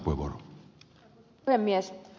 arvoisa puhemies